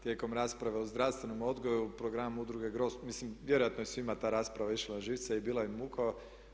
Tijekom rasprave o zdravstvenom odgoju u programu udruge „Grozd“, mislim vjerojatno je svima ta rasprava išla na živce i bila im muka.